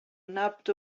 nabbed